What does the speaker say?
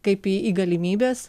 kaip į į galimybes